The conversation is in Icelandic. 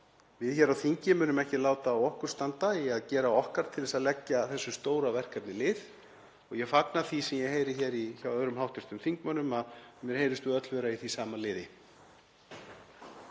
við hér á þingi munum ekki láta standa á okkur að gera okkar til þess að leggja þessu stóra verkefni lið og ég fagna því sem ég heyri hér hjá öðrum hv. þingmönnum, mér heyrist við öll vera í því sama liði.